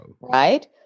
right